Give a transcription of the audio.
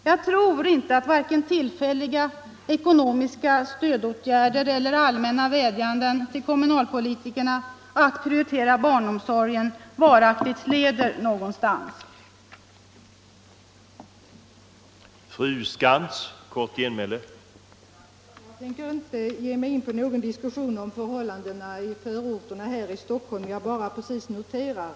Jag tror inte att vare sig tillfälliga ekonomiska stödåtgärder eller allmänna vädjanden till kommunalpolitikerna att prioritera barnomsorgen varaktigt leder till någon verklig utbyggnad. Ekonomiskt stöd åt